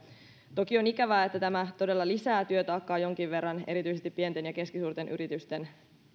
toki on ikävää että tämä todella lisää työtaakkaa jonkin verran erityisesti pienten ja keskisuurten yritysten